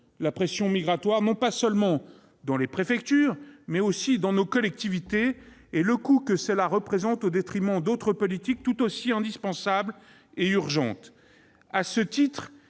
la pression migratoire, non pas seulement dans les préfectures, mais aussi dans nos collectivités, et le coût qu'elle représente au détriment d'autres politiques tout aussi indispensables et urgentes. À ce titre,